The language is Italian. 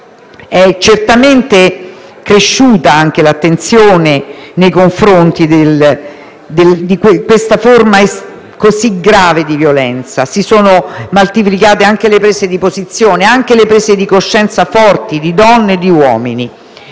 è certamente cresciuta anche l'attenzione nei confronti di questa forma così grave di violenza, si sono moltiplicate anche le prese di posizione, le prese di coscienza forti, di donne e di uomini.